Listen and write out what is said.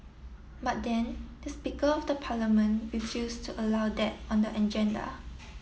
but then the speaker of the parliament refused to allow that on the agenda